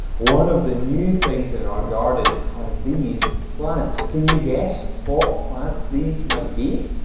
one of the new things in our garden are these plants. can you guess what plants these might be?